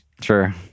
Sure